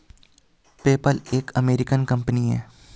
PayPal एक American company है